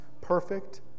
perfect